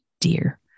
dear